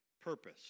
purpose